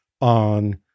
on